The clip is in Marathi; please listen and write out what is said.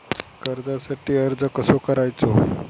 कर्जासाठी अर्ज कसो करायचो?